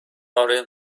آره